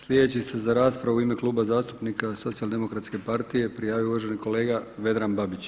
Sljedeći se za raspravu u ime Kluba zastupnika Socijaldemokratske partije prijavio uvaženi kolega Vedran Babić.